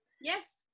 yes